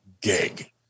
gig